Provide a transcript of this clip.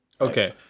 okay